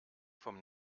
vom